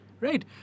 Right